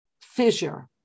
fissure